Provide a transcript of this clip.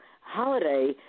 holiday